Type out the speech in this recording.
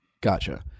gotcha